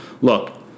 Look